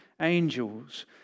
angels